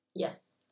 Yes